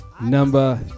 Number